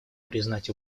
признать